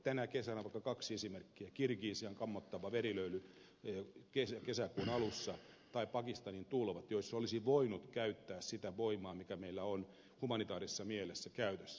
tänä kesänä otan kaksi esimerkkiä oli kirgisian kammottava verilöyly kesäkuun alussa tai pakistanin tulvat joissa olisi voinut käyttää sitä voimaa mikä meillä on humanitaarisessa mielessä käytössä